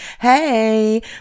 Hey